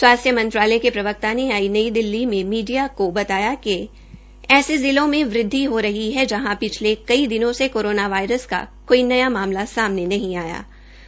स्वास्थ्य मंत्रालय के प्रवक्ता ने आज नई दिल्ली में मीडिया को बताया कि ऐसे जिलों में वृद्वि हो रही है जहां पिछले कई दिनों से कोरोना वायरस का कोई मामला सामने नहीं आ रहा